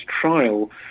trial